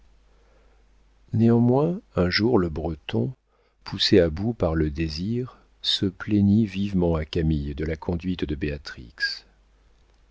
néanmoins un jour le breton poussé à bout par le désir se plaignit vivement à camille de la conduite de